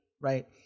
right